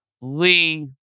Lee